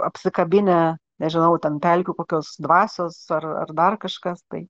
apsikabinę nežinau ten pelkių kokios dvasios ar ar dar kažkas tai